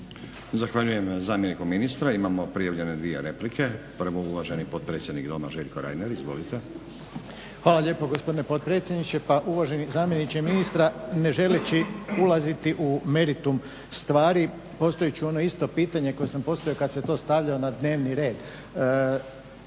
Zahvaljujem zamjeniku ministra. Imamo prijavljene dvije replike. Prvu uvaženi potpredsjednik Doma, Željko Reiner. Izvolite. **Reiner, Željko (HDZ)** Hvala lijepo gospodine potpredsjedniče. Pa uvaženi zamjeniče ministra, ne želeći ulaziti u meritum stvari, postavit ću ono isto pitanje koje sam postavio kada se to stavljalo na dnevni red.